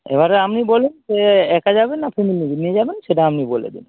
এবারে আপনি বলুন যে একা যাবে না ফ্যামিলি নিয়ে যাবেন সেটা আপনি বলে দিন